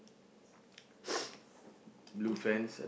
I think